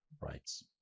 rights